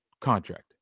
contract